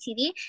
TV